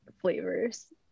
flavors